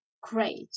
great